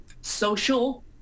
social